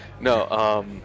No